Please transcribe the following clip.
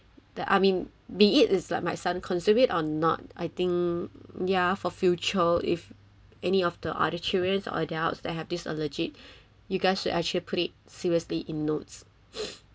the I mean be it is like my son consumed it or not I think ya for future if any of the order children adults they have this allergic you guys should actually put it seriously in notes